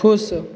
ख़ुश